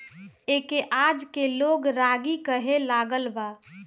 एके आजके लोग रागी कहे लागल बा